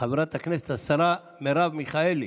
חברת הכנסת השרה מרב מיכאלי.